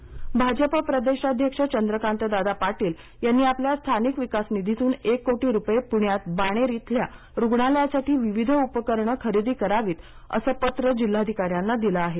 चंद्रकांत पाटील भाजप प्रदेशाध्यक्ष चंद्रकांतदादा पाटील यांनी आपल्या स्थानिक विकास निधीतून एक कोटी रुपये पूण्यात बाणेर येथील रुग्णालयासाठी विविध उपकारणं खरेदी करावीत असं पत्र जिल्हाधिकाऱ्यांना दिलं आहे